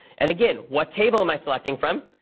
and again, what table am i selecting from?